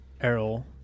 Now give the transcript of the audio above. Errol